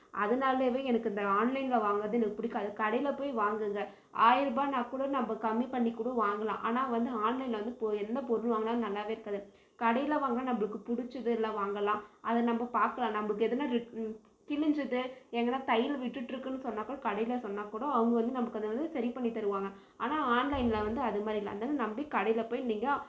அதனாலவே எனக்கு இந்த ஆன்லைனில் வாங்கறது எனக்கு பிடிக்காது கடையில் போய் வாங்குங்கள் ஆயிரம் ரூபாய்ன்னா கூட நம்ம கம்மி பண்ணிக்கூடும் வாங்கலாம் ஆனால் வந்து ஆன்லைனில் வந்து பொ எந்த பொருள் வாங்கினாலும் நல்லாவே இருக்காது கடையில் வாங்கினா நம்மளுக்கு பிடிச்சது எல்லாம் வாங்கலாம் அதை நம்ம பார்க்கலாம் நமக்கு எதுன்னால் ரிட் கிழிஞ்சது எங்கேனா தையல் விட்டுட்டிருக்குன்னு சொன்னால் கூட கடையில் சொன்னால் கூட அவங்க வந்து நமக்கு அதை வந்து சரி பண்ணி தருவாங்க ஆனால் ஆன்லைனில் வந்து அது மாதிரி இல்லை அதனால் நம்பி கடையில் போய் நீங்கள்